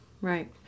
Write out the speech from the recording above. right